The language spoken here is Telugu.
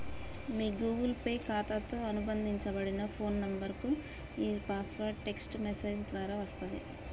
మీ గూగుల్ పే ఖాతాతో అనుబంధించబడిన ఫోన్ నంబర్కు ఈ పాస్వర్డ్ టెక్ట్స్ మెసేజ్ ద్వారా వస్తది